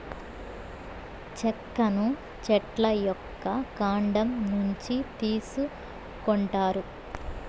చెక్కను చెట్ల యొక్క కాండం నుంచి తీసుకొంటారు